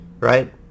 Right